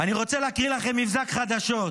אני רוצה להקריא לכם מבזק חדשות: